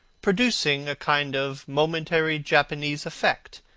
producing a kind of momentary japanese effect,